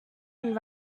and